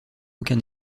aucun